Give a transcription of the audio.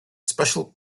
special